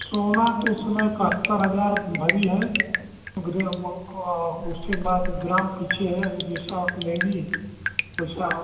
सोना तो इस समय एकहत्तर हज़ार भरी है अगर उसके बाद ग्राम पीछे है अब जैसा आप लेंगी वैसा